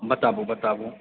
बताबु बताबु